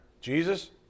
Jesus